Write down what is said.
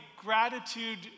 gratitude